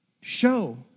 Show